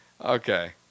Okay